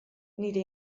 nire